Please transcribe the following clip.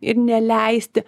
ir neleisti